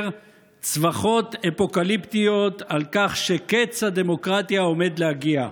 צווחות אפוקליפטיות על כך שקץ הדמוקרטיה עומד להגיע.